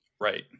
Right